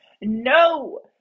No